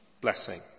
blessing